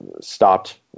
stopped